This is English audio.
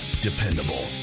dependable